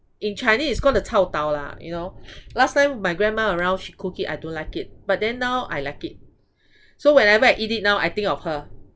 in chinese it's called the chao tau lah you know last time my grandma around she cook it I don't like it but then now I like it so whenever I eat it now I think of her